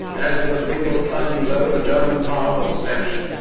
as with a single sudden blow the german power was smashed.